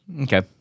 Okay